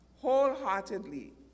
Wholeheartedly